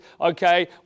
okay